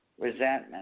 Resentment